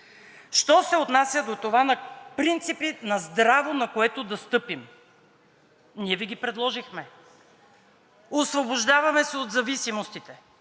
Що се отнася до принципи за здраво, на което да стъпим, ние Ви ги предложихме: освобождаваме се от зависимостите